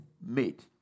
made